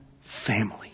family